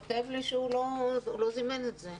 הוא כתב לי שהוא לא זימן את הדיון.